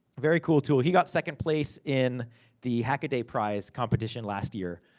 very cool tool. he got second place in the hackaday prize competition last year.